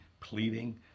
pleading